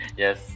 Yes